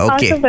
Okay